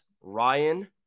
ryan